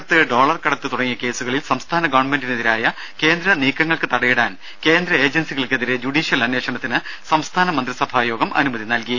രുഭ സ്വർണക്കടത്ത് ഡോളർ കടത്ത് തുടങ്ങിയ കേസുകളിൽ സംസ്ഥാന ഗവൺമെന്റിനെതിരായ കേന്ദ്ര നീക്കങ്ങൾക്ക് തടയിടാൻ കേന്ദ്ര ഏജൻസികൾക്കെതിരെ ജുഡീഷ്യൽ അന്വേഷണത്തിന് സംസ്ഥാന മന്ത്രിസഭാ യോഗം അനുമതി നൽകി